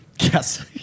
yes